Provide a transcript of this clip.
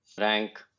rank